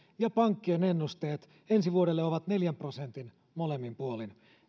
ja pankkien ennusteet ensi vuodelle ovat neljän prosentin molemmin puolin